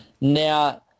Now